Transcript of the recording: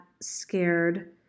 scared